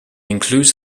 includes